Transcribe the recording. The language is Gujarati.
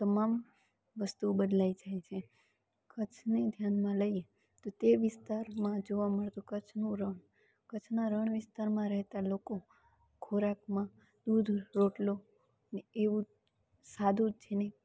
તમામ વસ્તુઓ બદલાઈ જાય છે કચ્છને ધ્યાનમાં લઈએ તો તે વિસ્તારમાં જોવા મળતું કચ્છનું રણ કચ્છના રણ વિસ્તારમાં રહેતાં લોકો ખોરાકમાં દૂધ રોટલો એવું સાદું જ જેને